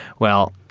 well,